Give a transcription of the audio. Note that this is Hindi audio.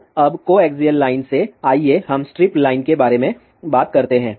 तो अब कोएक्सियल लाइन से आइए हम स्ट्रिप लाइन के बारे में बात करते हैं